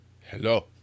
hello